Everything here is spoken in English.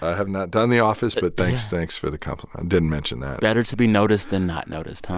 have not done the office, but thanks thanks for the compliment. i didn't mention that better to be noticed than not noticed, huh?